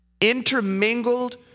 intermingled